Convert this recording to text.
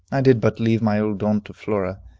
i did but leave my old aunt to flora,